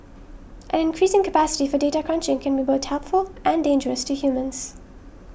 an increasing capacity for data crunching can be both helpful and dangerous to humans